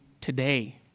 today